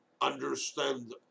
understand